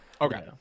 okay